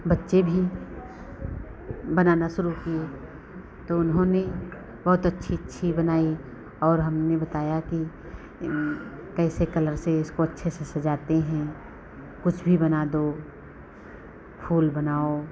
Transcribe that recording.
बच्चे भी बनाना शुरू किए तो उन्होंने बहुत अच्छी अच्छी बनाई और हमने बताया कि कैसे कलर से इसको अच्छे से सजाते हैं कुछ भी बना दो फूल बनाओ